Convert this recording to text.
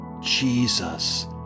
Jesus